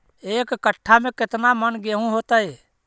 एक कट्ठा में केतना मन गेहूं होतै?